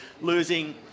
losing